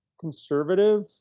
conservative